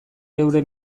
geure